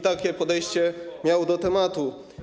Takie podejście miał do tematu.